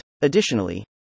Additionally